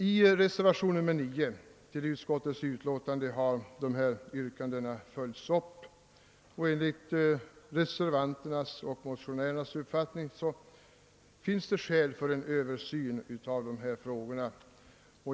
I reservation 9 har dessa yrkanden följts upp, och enligt reservanternas och motionärernas uppfattning finns det skäl för en översyn av dessa frågor.